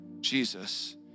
Jesus